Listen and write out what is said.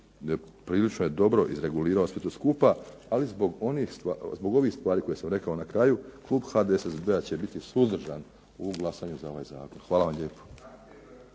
prilično je to izregulirao to sve skupa, ali zbog ovih stvari koje sam rekao na kraju klub HDSSB-a će biti suzdržan u glasanju za ovaj zakon. Hvala vam lijepo.